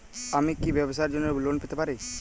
আমি কি ব্যবসার জন্য লোন পেতে পারি?